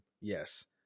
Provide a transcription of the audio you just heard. Yes